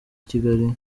kigali